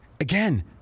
again